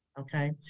Okay